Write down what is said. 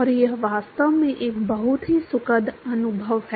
और यह वास्तव में एक बहुत ही सुखद अनुभव है